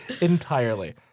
Entirely